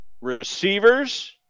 receivers